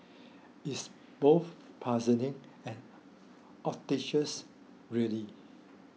it's both puzzling and really